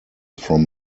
from